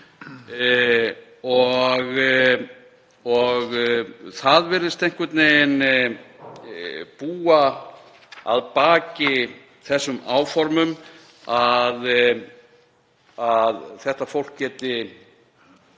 Það virðist einhvern veginn búa að baki þeim áformum að þetta fólk geti